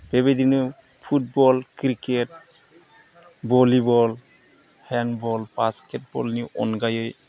बेबायदिनो football cricket volleyball handball बास्केटबलनि अनगायै